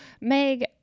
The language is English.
Meg